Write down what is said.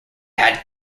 had